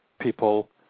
people